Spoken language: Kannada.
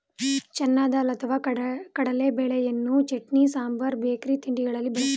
ಚೆನ್ನ ದಾಲ್ ಅಥವಾ ಕಡಲೆಬೇಳೆಯನ್ನು ಚಟ್ನಿ, ಸಾಂಬಾರ್ ಬೇಕರಿ ತಿಂಡಿಗಳಿಗೆ ಬಳ್ಸತ್ತರೆ